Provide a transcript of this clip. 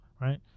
right